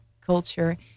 culture